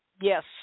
Yes